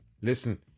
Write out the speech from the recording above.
Listen